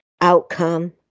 outcome